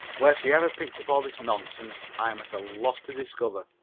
where she ever picked up all this nonsense i am at a loss to discover,